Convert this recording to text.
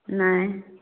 नहि